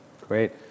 great